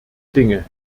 dinge